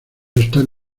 están